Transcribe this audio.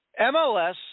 MLS